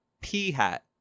P-Hat